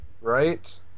Right